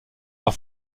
leur